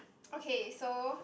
okay so